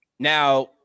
Now